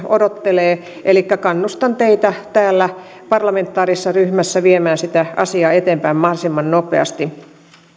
odottelee elikkä kannustan teitä täällä parlamentaarisessa ryhmässä viemään sitä asiaa eteenpäin mahdollisimman nopeasti